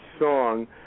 song